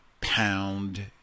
pound